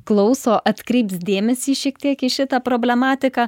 klauso atkreips dėmesį šiek tiek į šitą problematiką